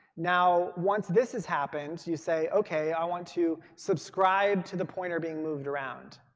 now, once this has happened, you say, okay, i want to subscribe to the pointer being moved around.